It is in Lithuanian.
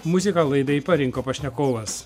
muziką laidai parinko pašnekovas